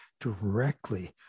directly